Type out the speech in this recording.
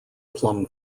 plum